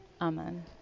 Amen